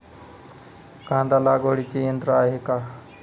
कांदा लागवडीचे यंत्र आहे का?